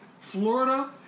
Florida